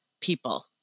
people